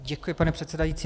Děkuji, pane předsedající.